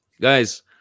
Guys